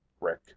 rick